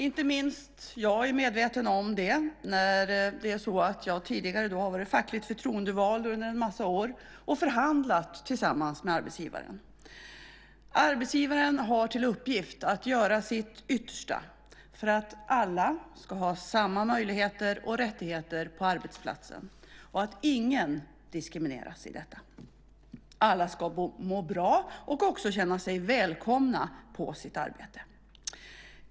Inte minst jag är medveten om det eftersom jag tidigare har varit fackligt förtroendevald under en massa år och förhandlat tillsammans med arbetsgivaren. Arbetsgivaren har till uppgift att göra sitt yttersta för att alla ska ha samma möjligheter och rättigheter på arbetsplatsen och att ingen diskrimineras i detta. Alla ska må bra och också känna sig välkomna på sitt arbete.